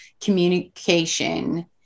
communication